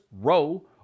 row